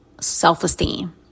self-esteem